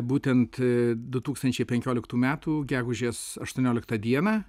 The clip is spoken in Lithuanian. būtent du tūkstančiai penkioliktų metų gegužės aštuonioliktą dieną